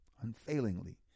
unfailingly